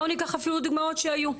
בואו ניקח אפילו דוגמאות שהיו,